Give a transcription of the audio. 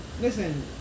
Listen